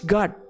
God